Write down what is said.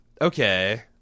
Okay